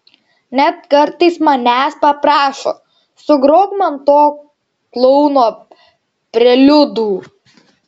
net kartais manęs paprašo sugrok man to klouno preliudų